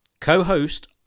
co-host